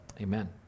amen